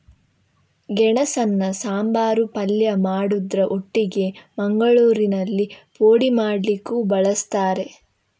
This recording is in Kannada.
ಗೆಣಸನ್ನ ಸಾಂಬಾರು, ಪಲ್ಯ ಮಾಡುದ್ರ ಒಟ್ಟಿಗೆ ಮಂಗಳೂರಿನಲ್ಲಿ ಪೋಡಿ ಮಾಡ್ಲಿಕ್ಕೂ ಬಳಸ್ತಾರೆ